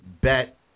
bet